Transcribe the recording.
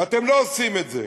ואתם לא עושים את זה.